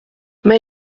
mais